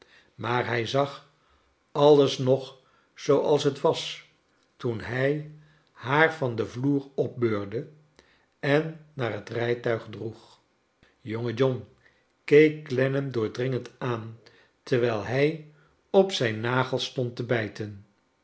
maar hij zag alles nog zooals het was toen hij haar van den vloer opbeurde en naar het rijtuig droeg jonge john keek clennam doordringend aan terwijl hij op zijn nagels stond te bijten